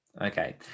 Okay